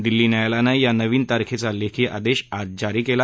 दिल्ली न्यायालयानं या नवीन तारखेचा लेखी आदेश आज जारी केला